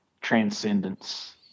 transcendence